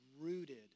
rooted